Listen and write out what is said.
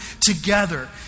together